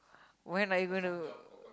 when are you going to